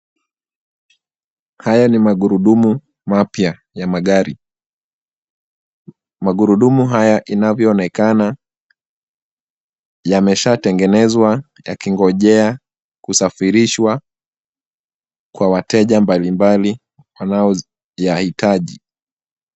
Haya ni magurudumu mapya ya magari. Magurudumu haya inavyo onekana, yameshatengenezwa yakingojea kusafirishwa, kwa wateja mbalimbali wanaozi, yahitaji.